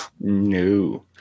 No